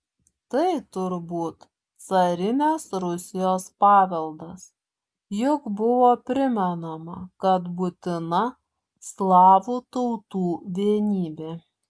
tai turbūt carinės rusijos paveldas juk buvo primenama kad būtina slavų tautų vienybė